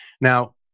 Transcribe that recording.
Now